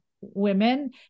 women